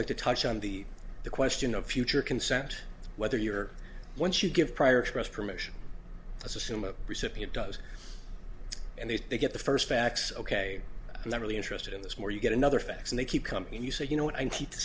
like to touch on the the question of future consent whether you're once you give prior trust permission let's assume a recipient does and then they get the first facts ok and i'm really interested in this more you get another fax and they keep coming and you say you know what i keep sto